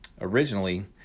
originally